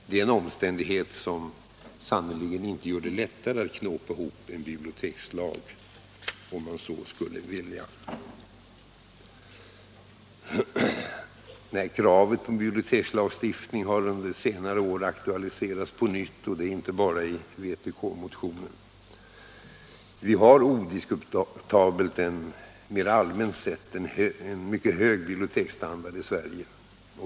Det är en omständighet som sannerligen inte gör det lättare att knåpa ihop en bibliotekslag, om man så skulle vilja. Kravet på en bibliotekslagstiftning har under senare år aktualiserats på nytt — och inte bara i vpk-motionen. Vi har odiskutabelt mera allmänt sett en mycket hög biblioteksstandard i Sverige.